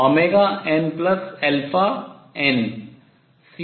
Cnn